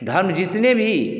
धर्म जितने भी